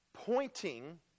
Pointing